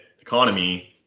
economy